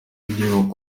y’igihugu